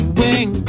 wing